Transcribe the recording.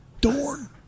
Dorn